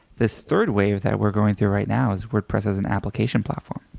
this third wave that we're going through right now is wordpress as an application platform.